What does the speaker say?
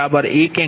તો j 0